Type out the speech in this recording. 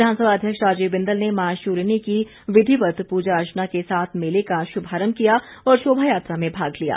विधानसभा अध्यक्ष राजीव बिंदल ने मां शूलिनी की विधिवत पूजा अर्चना के साथ मेले का शुभारंभ किया और शोभा यात्रा में भाग लिया